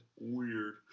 Weird